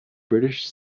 british